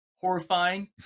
horrifying